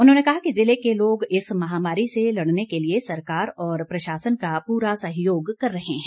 उन्होंने कहा कि ज़िले के लोग इस महामारी से लड़ने के लिए सरकार और प्रशासन का पूरा सहयोग कर रहे हैं